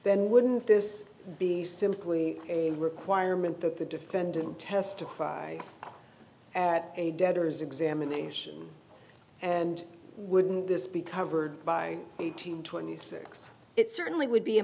then wouldn't this be simply a requirement that the defendant testify at a debtor's examination and wouldn't this be covered by twenty six it certainly would be a